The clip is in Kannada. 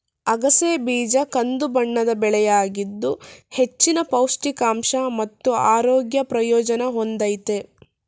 ಅಗಸೆ ಬೀಜ ಕಂದುಬಣ್ಣದ ಬೆಳೆಯಾಗಿದ್ದು ಹೆಚ್ಚಿನ ಪೌಷ್ಟಿಕಾಂಶ ಮತ್ತು ಆರೋಗ್ಯ ಪ್ರಯೋಜನ ಹೊಂದಯ್ತೆ